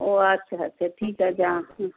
ও আচ্ছা আচ্ছা ঠিক আছে